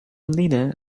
leader